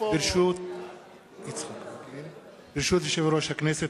ברשות יושב-ראש הכנסת,